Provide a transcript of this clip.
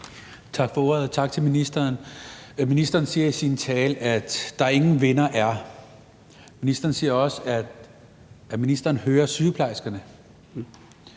Tak for ordet, og tak til ministeren. Ministeren siger i sin tale, at der ingen vinder er. Ministeren siger også, at ministeren hører sygeplejerskerne.